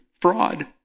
fraud